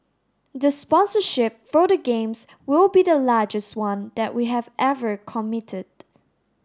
the sponsorship for the Games will be the largest one that we have ever committed